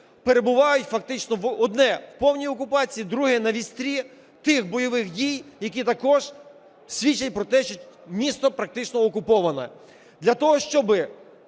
перебувають фактично одне в повній окупації, друге на вістрі тих бойових дій, які також свідчать про те, що місто практично окуповане. Для того, щоб